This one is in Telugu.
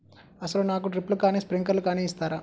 అసలు నాకు డ్రిప్లు కానీ స్ప్రింక్లర్ కానీ ఇస్తారా?